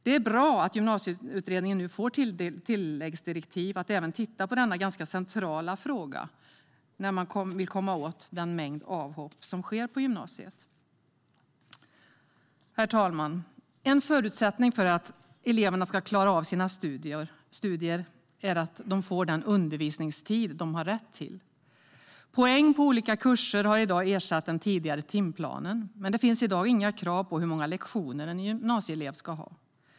Det är bra att Gymnasieutredningen får tilläggsdirektiv att även titta på denna centrala fråga för att komma åt mängden avhopp som sker på gymnasiet. Herr talman! En förutsättning för att eleverna ska klara av sina studier är att de får den undervisningstid de har rätt till. Poäng på olika kurser har i dag ersatt den tidigare timplanen, men det finns i dag inga krav på hur många lektioner en gymnasieelev ska ha.